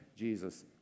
Jesus